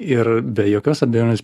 ir be jokios abejonės